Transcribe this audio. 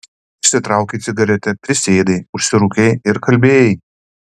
išsitraukei cigaretę prisėdai užsirūkei ir kalbėjai